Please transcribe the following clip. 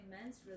immense